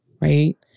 Right